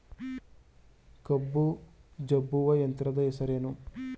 ಕಬ್ಬು ಜಜ್ಜುವ ಯಂತ್ರದ ಹೆಸರೇನು?